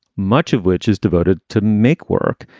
much of which is devoted to make work.